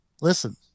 Listen